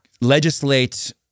legislate